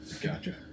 Gotcha